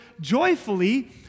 joyfully